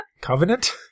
Covenant